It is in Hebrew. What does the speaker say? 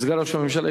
סגן ראש הממשלה,